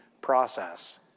process